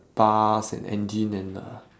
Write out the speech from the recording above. bus and engine and uh